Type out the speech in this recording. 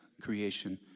creation